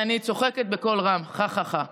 אני צוחקת בקול רם, חה, חה, חה.